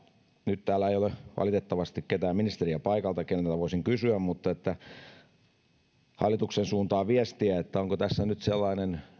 nyt täällä ei ole valitettavasti ketään ministeriä paikalla keneltä voisin kysyä mutta annan hallituksen suuntaan viestiä että onko tässä nyt sellainen